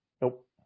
Nope